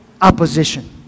Opposition